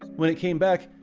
when it came back,